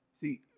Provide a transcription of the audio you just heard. See